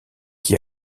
qui